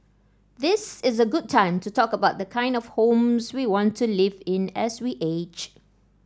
this is a good time to talk about the kind of homes we want to live in as we age